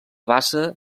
bassa